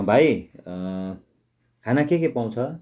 भाइ खाना केके पाउँछ